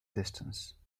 distance